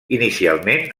inicialment